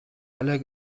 aller